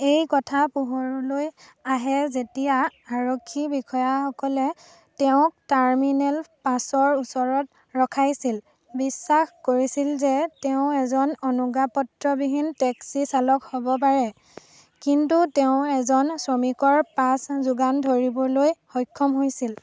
এই কথা পোহৰলৈ আহে যেতিয়া আৰক্ষী বিষয়াসকলে তেওঁক টাৰ্মিনেল পাচৰ ওচৰত ৰখাইছিল বিশ্বাস কৰিছিল যে তেওঁ এজন অনুজ্ঞাপত্ৰবিহীন টেক্সি চালক হ'ব পাৰে কিন্তু তেওঁ এজন শ্ৰমিকৰ পাছ যোগান ধৰিবলৈ সক্ষম হৈছিল